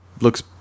looks